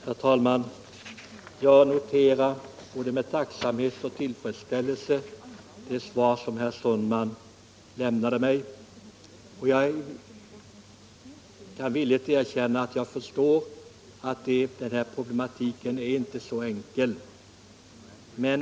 Herr talman! Jag noterar med både tacksamhet och tillfredsställelse det svar som herr Sundman lämnade mig. Jag skall villigt erkänna att jag förstår att problematiken inte är så enkel.